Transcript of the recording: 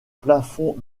plafond